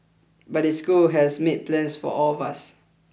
but the school has made plans for all of us